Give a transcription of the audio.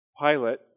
Pilate